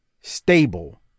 stable